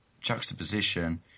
juxtaposition